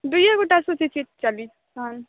दुएये गोटे सॅं सोचै छियै चली हॅं